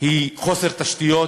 היא חוסר תשתיות?